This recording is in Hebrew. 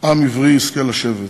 עם עברי יזכה לשבת".